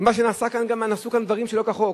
מה שנעשה כאן, גם נעשו דברים שלא כחוק.